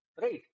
Right